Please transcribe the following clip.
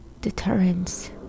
deterrence